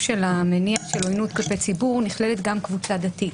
של עוינות כלפי ציבור נכללת גם קבוצה דתית.